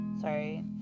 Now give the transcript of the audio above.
Sorry